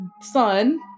son